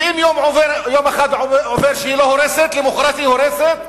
ואם יום אחד עובר שהיא לא הורסת, למחרת היא הורסת,